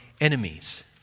enemies